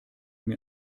mit